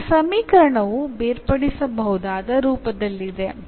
ಈಗ ಈ ಸಮೀಕರಣವು ಬೇರ್ಪಡಿಸಬಹುದಾದ ರೂಪದಲ್ಲಿದೆ